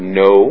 no